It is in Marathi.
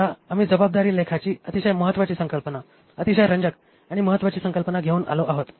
आता आम्ही जबाबदारी लेखाची अतिशय महत्वाची संकल्पना अतिशय रंजक आणि महत्वाची संकल्पना घेऊन आलो आहोत